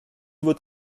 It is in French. votre